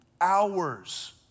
hours